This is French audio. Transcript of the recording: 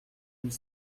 huit